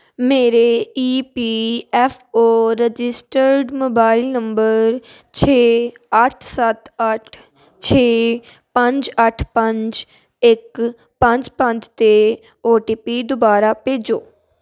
ਮੇਰੇ E P F O registered mobile number ਛੇ ਅੱਠ ਸੱਤ ਅੱਠ ਛੇ ਪੰਜ ਅੱਠ ਪੰਜ ਇੱਕ ਪੰਜ ਪੰਜ 'ਤੇ ਓ ਟੀ ਪੀ ਦੁਬਾਰਾ ਭੇਜੋ